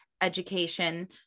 education